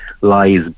lies